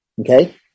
Okay